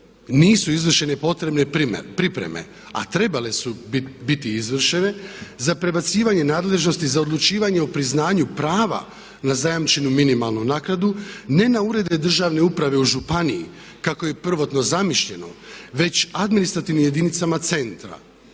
nisu izvršene potrebne pripreme, a trebale su biti izvršene, za prebacivanje nadležnosti za odlučivanje o priznanju prava na zajamčenu minimalnu naknadu, ne na urede Državne uprave u županiji kako je prvotno zamišljeno već administrativnim jedinicama centra.